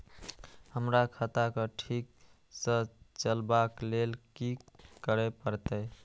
हमरा खाता क ठीक स चलबाक लेल की करे परतै